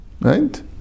right